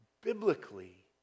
Biblically